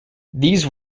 these